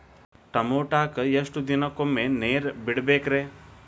ಟಮೋಟಾಕ ಎಷ್ಟು ದಿನಕ್ಕೊಮ್ಮೆ ನೇರ ಬಿಡಬೇಕ್ರೇ?